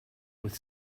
with